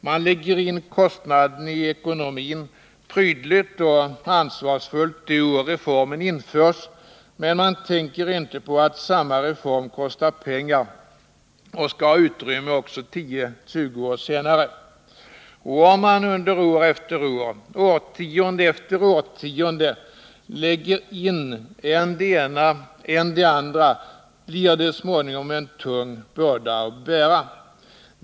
Man lägger in kostnaden i ekonomin prydligt och ansvarsfullt det år reformen införs, men man tänker inte på att samma reform kostar pengar och skall ha utrymme också 10-20 år senare. Om man år efter år, årtionde efter årtionde lägger in än det ena än det andra blir det småningom en tung börda att bära.